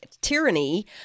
tyranny